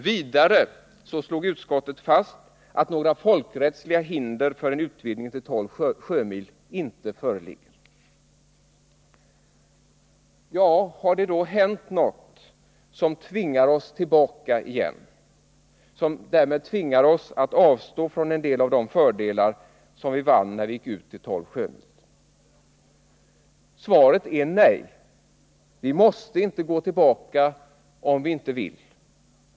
Vidare slog utskottet fast att några folkrättsliga hinder för en utvidgning till 12 sjömil inte föreligger. Har det då hänt något som tvingar oss tillbaka igen och därmed tvingar oss att avstå från en del av de fördelar som vi vann när vi gick ut till 12 sjömil? Svaret är nej. Vi måste inte gå tillbaka, om vi inte vill.